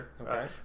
okay